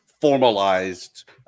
formalized